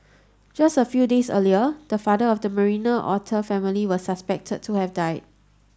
just a few days earlier the father of the Marina otter family was suspected to have died